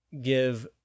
give